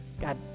God